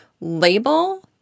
label